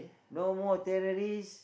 no more terrorist